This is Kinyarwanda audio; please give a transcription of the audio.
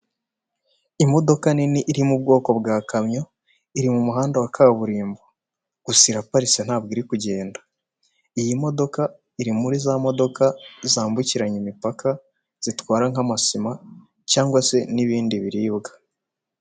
Imodoka nini iri mu bwoko bwa kamyo, iri mu muhanda wa kaburimbo, gusa iraparitse ntabwo iri kugenda, iyi modoka iri muri za modoka zambukiranya imipaka zitwara nk'amasima cyangwa se n'ibindi biribwa.